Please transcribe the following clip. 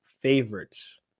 favorites